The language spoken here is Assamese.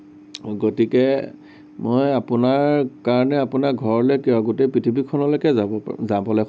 গতিকে মই আপোনাৰ কাৰণে আপোনাৰ ঘৰলৈ কিয় গোটেই পৃথিৱীখনলেকে যাব পাৰোঁ যাবলে সাজু